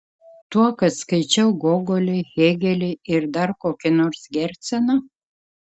tuo kad skaičiau gogolį hėgelį ir dar kokį nors gerceną